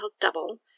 double